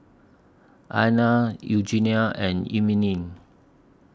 Alayna Eugenia and Emeline